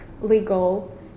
legal